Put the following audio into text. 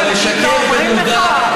אבל לשקר במודע,